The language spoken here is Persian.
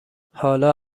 حالا